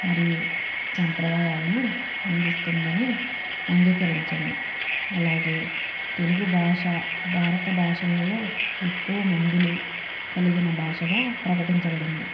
మరియు సంప్రదాయాలను అందిస్తుందని అంగీకరించండి అలాగే తెలుగుభాష భారత భాషల్లో ఎక్కువ మందులు కలిగిన భాషగా ప్రకటించబడింది